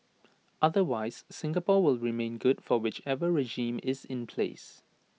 otherwise Singapore will remain good for whichever regime is in place